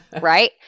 right